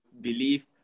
believe